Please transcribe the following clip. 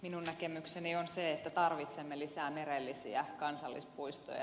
minun näkemykseni on se että tarvitsemme lisää merellisiä kansallispuistoja